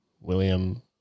William